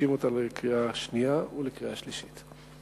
מגישים אותה לקריאה שנייה ולקריאה שלישית.